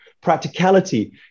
practicality